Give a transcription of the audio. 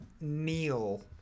neil